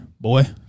boy